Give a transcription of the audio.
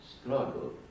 struggle